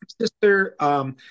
Sister